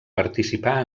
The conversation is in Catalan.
participar